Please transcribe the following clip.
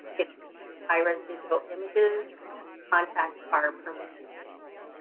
if you need high-res digital images connect contact our permissions people,